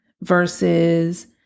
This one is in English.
versus